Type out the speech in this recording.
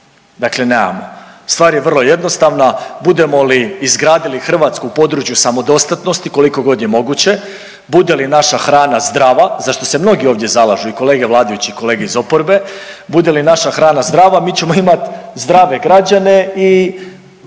dakle nemamo. Stvar je vrlo jednostavna, budemo li izgradili Hrvatsku u području samodostatnosti kolikogod je moguće, bude li naša hrana zdrava za što se mnogi ovdje zalažu i kolege vladajući i kolege iz oporbe, bude li naša hrana zdrava mi ćemo imat zdrave građane i